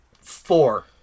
four